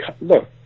look